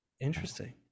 Interesting